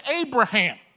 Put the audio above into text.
Abraham